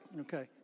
Okay